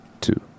two